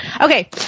Okay